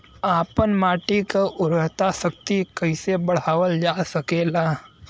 आपन माटी क उर्वरा शक्ति कइसे बढ़ावल जा सकेला?